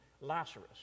Lazarus